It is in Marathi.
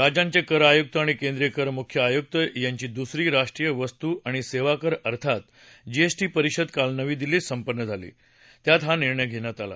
राज्यांचे कर आयुक्त आणि केंद्रीय कर मुख्य आयुक्त यांची दुसरी राष्ट्रीय वस्तू आणि सेवा कर अर्थात जीएसटी परिषद काल नवी दिल्लीत संपन्न झाली त्यात हा निर्णय झाला